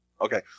Okay